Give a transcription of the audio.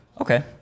Okay